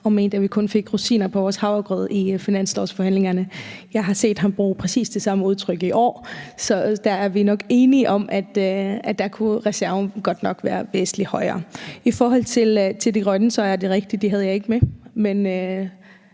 og mente, at vi kun fik rosiner på vores havregrød i finanslovsforhandlingerne. Jeg har set ham bruge præcis det samme udtryk i år, så der er vi nok enige om, at reserven godt nok kunne være væsentlig højere. I forhold til det grønne vil jeg sige, at det er rigtigt. Det havde jeg ikke med, men